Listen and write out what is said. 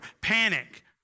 panic